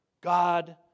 God